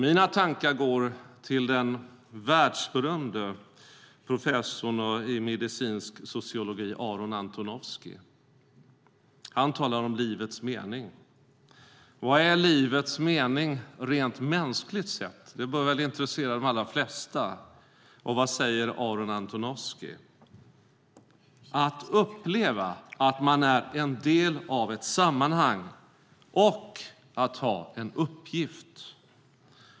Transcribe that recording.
Mina tankar går till den kände professorn i medicinsk sociologi Aaron Antonovsky. Han talar om livets mening. Vad är livets mening rent mänskligt sett? Det bör väl intressera de allra flesta. Vad säger Aaron Antonovsky? Han säger att det är att uppleva att man är en del av ett sammanhang och att ha en uppgift.